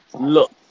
look